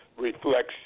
Reflects